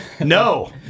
No